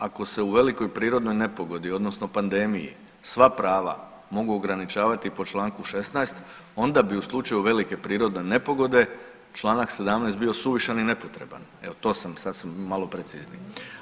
Ako se u velikoj prirodnoj nepogodi odnosno pandemiji sva prava mogu ograničavati po čl. 16. onda bi u slučaju velike prirodne nepogode čl. 17. bio suvišan i nepotreban, evo to sam sad sam malo precizniji.